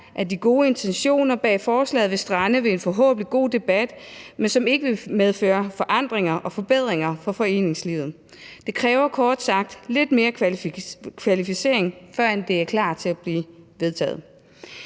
at de gode intentioner bag forslaget vil strande ved en forhåbentlig god debat, men som ikke vil medføre forandringer og forbedringer for foreningslivet. Det kræver kort sagt lidt mere kvalificering, førend det er klar til at blive vedtaget.